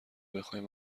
بخواین